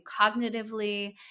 cognitively